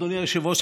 אדוני היושב-ראש,